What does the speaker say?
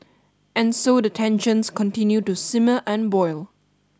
and so the tensions continue to simmer and boil